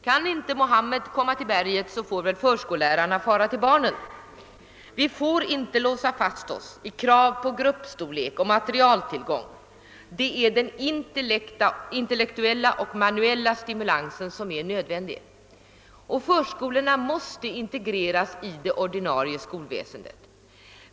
Kan inte Muhammed komma till berget får förskolelärarna fara till barnen. Vi får inte låsa fast oss i krav på gruppstorlek och materialtillgång — det är den intellektuella och manuella stimulansen som är nödvändig. Förskolorna måste integreras i det ordinarie skolväsendet.